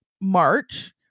March